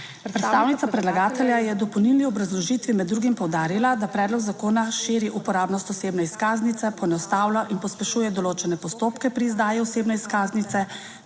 Predstavnica predlagatelja je v dopolnilni obrazložitvi med drugim poudarila, da predlog zakona širi uporabnost osebne izkaznice, poenostavlja in pospešuje določene postopke pri izdaji osebne izkaznice